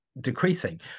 decreasing